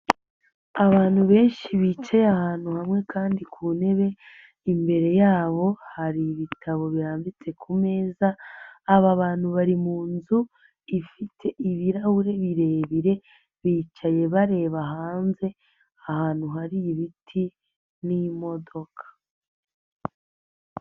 Abantu benshi bicaye ahantu hamwe kandi ku ntebe, imbere yabo hari ibitabo birambitse ku meza, aba bantu bari munzu ifite ibirahuri birebire, bicaye bareba hanze ahantu hari ibiti n'imodoka.